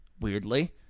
weirdly